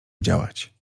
działać